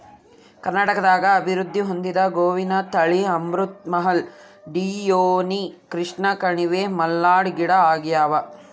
ಕರ್ನಾಟಕದಾಗ ಅಭಿವೃದ್ಧಿ ಹೊಂದಿದ ಗೋವಿನ ತಳಿ ಅಮೃತ್ ಮಹಲ್ ಡಿಯೋನಿ ಕೃಷ್ಣಕಣಿವೆ ಮಲ್ನಾಡ್ ಗಿಡ್ಡಆಗ್ಯಾವ